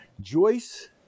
Joyce